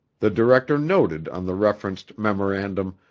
the director noted on the referenced memorandum,